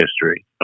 history